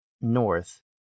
North